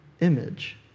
image